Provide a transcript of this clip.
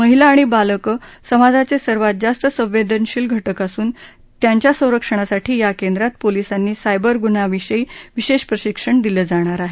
महिला आणि बालकं समाजाचे सर्वात जास्त संवेदनशील घटक असून यांच्या संरक्षणासाठी या केंद्रात पोलीसांनी सायबर गुन्ह्याविषयी विशेष प्रशिक्षण दिलं जाणार आहे